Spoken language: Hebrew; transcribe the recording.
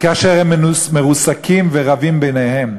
כאשר הם מרוסקים ורבים ביניהם?